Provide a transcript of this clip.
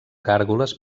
gàrgoles